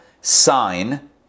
sign